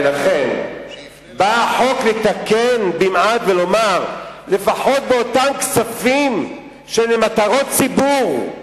ולכן בא החוק לתקן במעט ולומר שלפחות באותם כספים למטרות ציבור,